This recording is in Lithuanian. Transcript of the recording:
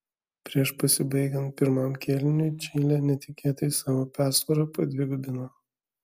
prieš pasibaigiant pirmam kėliniui čilė netikėtai savo persvarą padvigubino